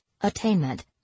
attainment